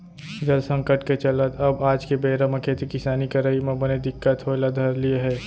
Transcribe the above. जल संकट के चलत अब आज के बेरा म खेती किसानी करई म बने दिक्कत होय ल धर लिये हे